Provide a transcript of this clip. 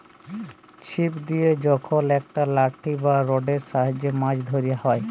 ছিপ দিয়ে যখল একট লাঠি বা রডের সাহায্যে মাছ ধ্যরা হ্যয়